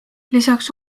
lisaks